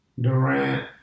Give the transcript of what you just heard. Durant